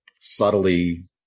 subtly